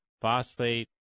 phosphate